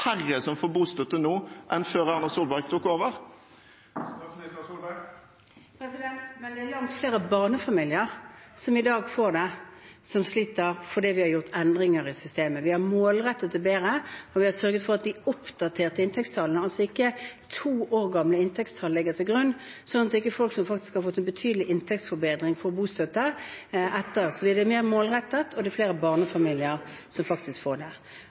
færre som får bostøtte nå, enn før Erna Solberg tok over. Det er langt flere barnefamilier som sliter som i dag får det, fordi vi har gjort endringer i systemet. Vi har målrettet det bedre, og vi har sørget for å oppdatere inntektstallene – det er ikke to år gamle inntektstall som ligger til grunn – sånn at ikke folk som faktisk har fått en betydelig inntektsforbedring, får bostøtte. Det er mer målrettet, og det er flere barnefamilier som faktisk får det.